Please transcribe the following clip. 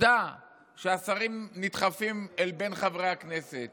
חבר הכנסת